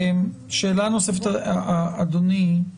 שאלה נוספת, אדוני.